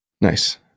Nice